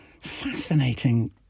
fascinating